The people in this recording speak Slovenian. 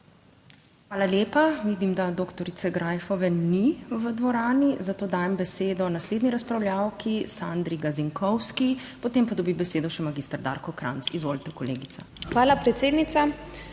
Hvala lepa. Vidim, da dr. Greifove ni v dvorani, zato dajem besedo naslednji razpravljavki Sandri Gazinkovski, potem pa dobi besedo še mag. Darko Krajnc. Izvolite, kolegica. SANDRA GAZINKOVSKI